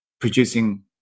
producing